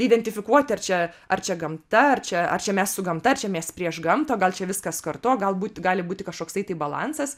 identifikuoti ar čia ar čia gamta ar čia ar čia mes su gamta ir čia mes prieš gamtą gal čia viskas kartu o galbūt gali būti kažkoksai tai balansas